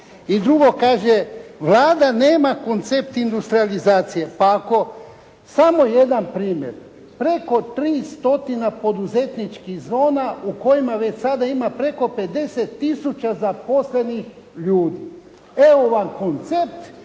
I drugo kaže, Vlada nema koncept industralizacije. Pa ako samo jedan primjer, preko 300 poduzetničkih zona u kojima već sada ima preko 50 000 zaposlenih ljudi. Evo vam koncept,